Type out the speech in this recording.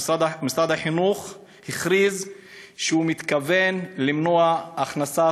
משרד החינוך הכריז שהוא מתכוון למנוע הכנסת